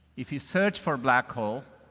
if you search for black hole,